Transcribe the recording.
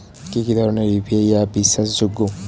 কি কি ধরনের ইউ.পি.আই অ্যাপ বিশ্বাসযোগ্য?